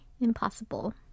impossible